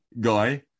guy